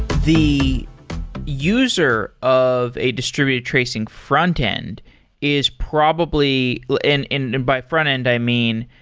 the user of a distributed tracing frontend is probably and and and by frontend, i mean,